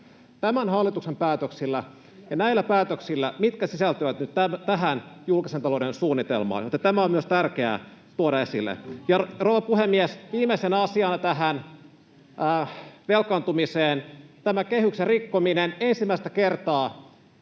tämän hallituksen päätöksillä ja näillä päätöksillä, mitkä sisältyvät nyt tähän julkisen talouden suunnitelmaan, joten tämä on myös tärkeää tuoda esille. [Pia Viitasen välihuuto] Rouva puhemies! Viimeisenä asiana tähän velkaantumiseen: tämä kehyksen rikkominen ensimmäistä kertaa